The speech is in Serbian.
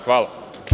Hvala.